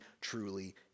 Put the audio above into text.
truly